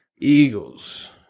Eagles